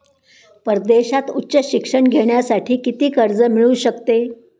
परदेशात उच्च शिक्षण घेण्यासाठी किती कर्ज मिळू शकते?